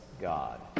God